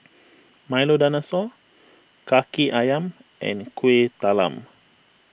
Milo Dinosaur Kaki Ayam and Kuih Talam